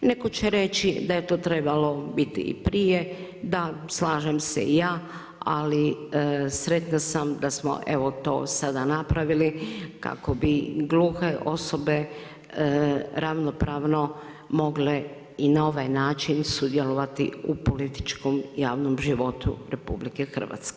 Netko će reći da je to trebalo biti i prije, da, slažem se i ja, ali sretna sam da smo evo to sada napravili kao bi gluhe osobe ravnopravno mogle i na ovaj način sudjelovati u političkom javnom životu RH.